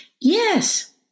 yes